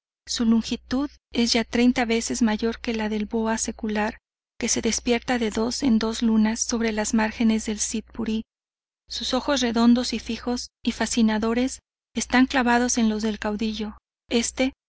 su longitud es ya treinta veces mayor que la del boa secular que se despierta de dos en dos lunas sobre las márgenes del sitpuri sus ojos redondos fijos y fascinadores están clavados en los del caudillo este